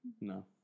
No